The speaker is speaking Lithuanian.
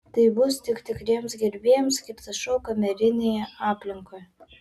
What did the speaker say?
tai bus tik tikriems gerbėjams skirtas šou kamerinėje aplinkoje